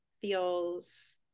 feels